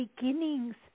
beginnings